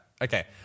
Okay